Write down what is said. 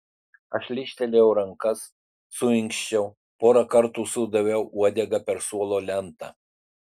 aš lyžtelėjau rankas suinkščiau porą kartų sudaviau uodega per suolo lentą